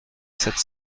sept